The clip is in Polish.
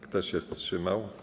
Kto się wstrzymał?